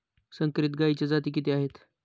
संकरित गायीच्या जाती किती आहेत?